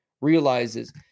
realizes